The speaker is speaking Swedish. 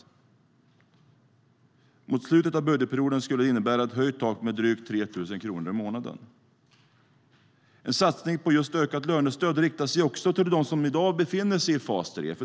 Mot slutet av budgetperioden skulle det innebära ett höjt tak med drygt 3 000 kronor i månaden. En satsning på just ökat lönestöd riktas också till dem som i dag befinner sig i fas 3.